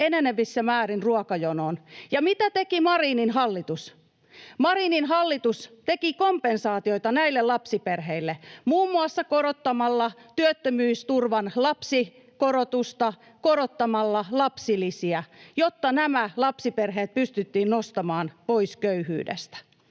enenevissä määrin ruokajonoon. Ja mitä teki Marinin hallitus? Marinin hallitus teki kompensaatioita näille lapsiperheille muun muassa korottamalla työttömyysturvan lapsikorotusta, korottamalla lapsilisiä, jotta nämä lapsiperheet pystyttiin nostamaan pois köyhyydestä.